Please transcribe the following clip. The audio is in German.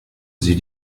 sie